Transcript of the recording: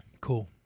Cool